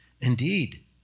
Indeed